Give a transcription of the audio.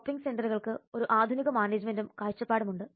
shopping സെന്ററുകൾക്ക് ഒരു ആധുനിക മാനേജ്മെന്റും കാഴ്ചപ്പാടും ഉണ്ട്